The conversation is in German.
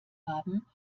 haben